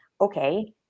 Okay